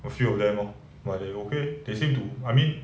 a few of them lor but they okay leh they say to I mean